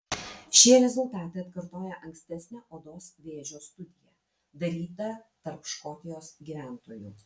šie rezultatai atkartoja ankstesnę odos vėžio studiją darytą tarp škotijos gyventojų